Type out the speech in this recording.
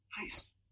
Nice